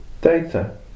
data